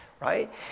right